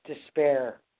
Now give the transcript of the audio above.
despair